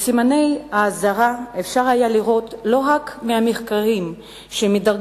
את סימני האזהרה היה אפשר לראות לא רק במחקרים שמדרגים